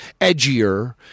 edgier